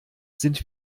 sind